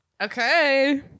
Okay